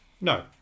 No